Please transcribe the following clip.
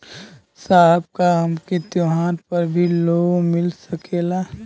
साहब का हमके त्योहार पर भी लों मिल सकेला?